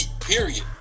period